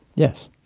yes,